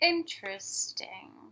Interesting